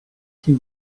two